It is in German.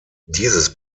dieses